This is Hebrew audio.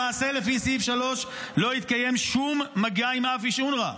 למעשה לפי סעיף 3 לא יתקיים שום מגע עם אף איש אונר"א.